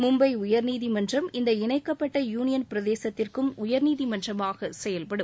மும்பை உயர்நீதிமன்றம் இந்த இணைக்கப்பட்ட யூளியன் பிரதேசத்திற்கும் உயர்நீதிமன்றமாக செயல்படும்